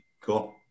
cool